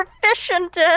proficient